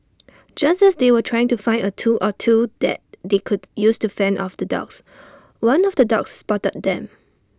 just as they were trying to find A tool or two that they could use to fend off the dogs one of the dogs spotted them